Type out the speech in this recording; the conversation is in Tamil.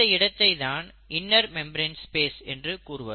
இந்த இடத்தை தான் இன்னர் மெம்பரேன் ஸ்பேஸ் என்று கூறுவர்